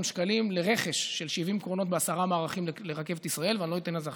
שקלים לרכש של 70 קרונות בעשרה מערכים לרכבת ישראל,